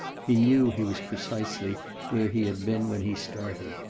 he knew he was precisely where he had been when he started,